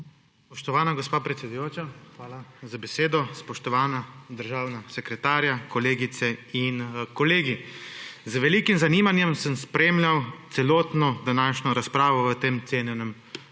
Spoštovana gospa predsedujoča, hvala za besedo. Spoštovana državna sekretarja, kolegice in kolegi! Z velikim zanimanjem sem spremljal celotno današnjo razpravo v tem cenjenem